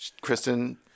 Kristen